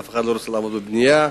אף אחד לא רוצה לעבוד בבנייה ובסיעוד,